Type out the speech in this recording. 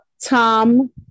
Tom